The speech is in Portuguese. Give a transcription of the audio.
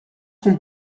com